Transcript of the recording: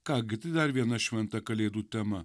ką gi tai dar viena šventa kalėdų tema